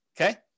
Okay